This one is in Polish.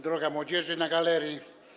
Droga Młodzieży na Galerii!